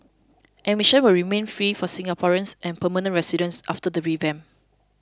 admission will remain free for Singaporeans and permanent residents after the revamp